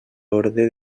orde